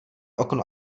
okno